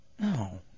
No